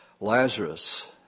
Lazarus